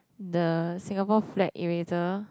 the Singapore flag eraser